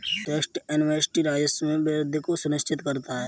tax amnesty राजस्व में वृद्धि को सुनिश्चित करता है